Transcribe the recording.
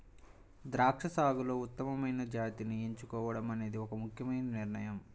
ద్రాక్ష సాగులో ఉత్తమమైన జాతిని ఎంచుకోవడం అనేది ఒక ముఖ్యమైన నిర్ణయం